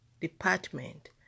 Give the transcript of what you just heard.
department